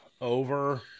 over